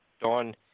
Don